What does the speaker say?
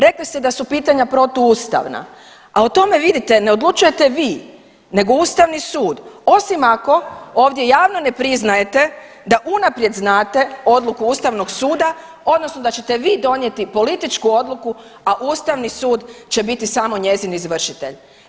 Rekli ste da su pitanja protuustavna, a o tome vidite ne odlučujete vi nego ustavni sud, osim ako ovdje javno ne priznajete da unaprijed znate odluku ustavnog suda odnosno da ćete vi donijeti političku odluku, a ustavni sud će biti samo njezin izvršitelj.